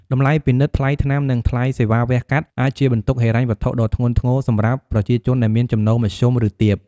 តម្លៃពិនិត្យ ថ្លៃថ្នាំ និងថ្លៃសេវាវះកាត់ អាចជាបន្ទុកហិរញ្ញវត្ថុដ៏ធ្ងន់ធ្ងរសម្រាប់ប្រជាជនដែលមានចំណូលមធ្យម ឬទាប។